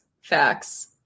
facts